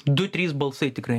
du trys balsai tikrai